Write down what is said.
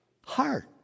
Heart